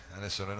adesso